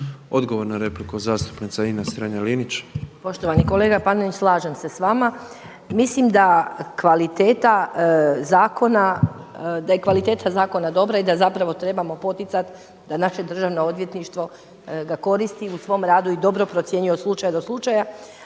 Odgovor na repliku, zastupnica Ines Strenja Linić. **Strenja, Ines (MOST)** Poštovani kolega Panenić slažem se sa vama. Mislim da kvaliteta zakona, da je kvaliteta zakona dobra i da zapravo trebamo poticati da naše Državno odvjetništvo ga koristi u svom radu i dobro procjenjuje od slučaja do slučaja,